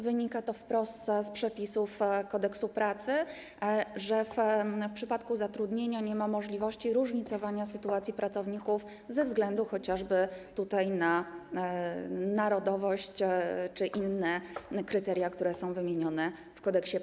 Wynika to wprost z przepisów Kodeksu pracy: w przypadku zatrudnienia nie ma możliwości różnicowania sytuacji pracowników ze względu chociażby na narodowość czy inne kryteria, które są wymienione w k.p.